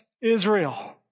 Israel